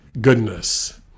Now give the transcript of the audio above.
goodness